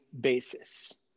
basis